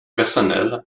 personnel